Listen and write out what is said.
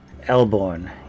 Elborn